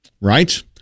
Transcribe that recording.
Right